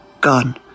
Gone